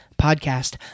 Podcast